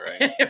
right